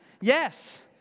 Yes